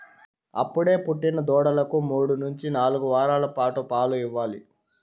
అప్పుడే పుట్టిన దూడలకు మూడు నుంచి నాలుగు వారాల పాటు పాలు ఇవ్వాలి